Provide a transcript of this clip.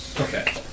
Okay